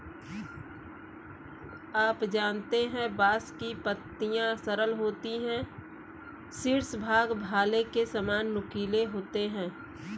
आप जानते है बांस की पत्तियां सरल होती है शीर्ष भाग भाले के सामान नुकीले होते है